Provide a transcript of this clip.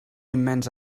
immens